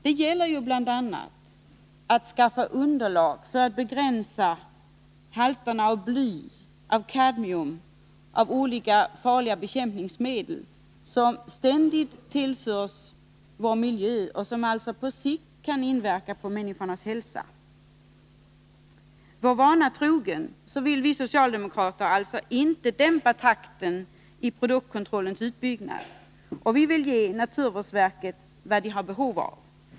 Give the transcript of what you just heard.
Det gäller ju bl.a. att skaffa underlag för att man skall kunna begränsa halterna av bly, kadmium och olika farliga bekämpningsmedel, som ständigt tillförs vår miljö och som på sikt kan inverka menligt på människors hälsa. Vi socialdemokrater vill, vår vana trogna, alltså inte dämpa takten i produktkontrollens utbyggnad, utan vi vill ge naturvårdsverket vad verket har behov av.